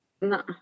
no